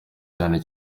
cyane